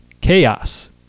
chaos